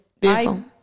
beautiful